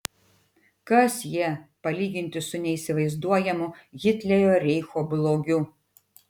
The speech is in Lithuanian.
kas jie palyginti su neįsivaizduojamu hitlerio reicho blogiu